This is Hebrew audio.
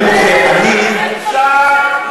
השעה, השעה,